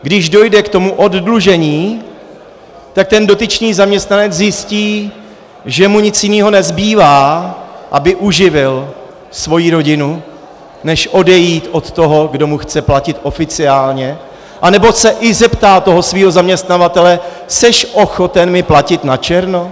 Když dojde k tomu oddlužení, tak ten dotyčný zaměstnanec zjistí, že mu nic jiného nezbývá, aby uživil svoji rodinu, než odejít od toho, kdo mu chce platit oficiálně, anebo se i zeptá toho svého zaměstnavatele jsi ochoten mi platit načerno?